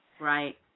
Right